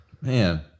Man